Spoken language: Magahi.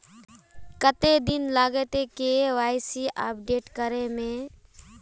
कते दिन लगते के.वाई.सी अपडेट करे में?